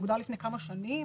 זה הוגדר לפני כמה שנים.